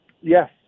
Yes